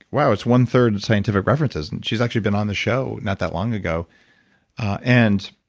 wow, it's one third and scientific references, and she's actually been on the show, not that long ago and